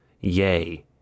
yay